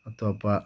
ꯑꯇꯣꯞꯄ